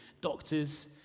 Doctors